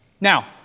Now